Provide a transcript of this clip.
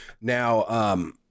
Now